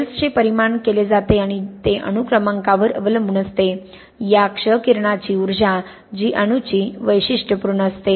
शेल्सचे परिमाण केले जाते आणि ते अणुक्रमांकावर अवलंबून असते या क्ष किरणाची उर्जा जी अणूची वैशिष्ट्यपूर्ण असते